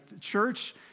church